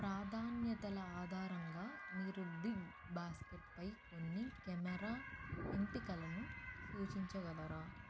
నా ప్రాధాన్యతల ఆధారంగా మీరు బిగ్ బాస్కెట్పై కొన్ని కెమెరా ఎంపికలను సూచించగలరా